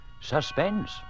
suspense